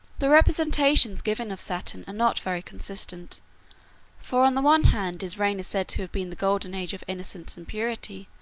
the representations given of saturn are not very consistent for on the one hand his reign is said to have been the golden age of innocence and purity,